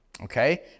okay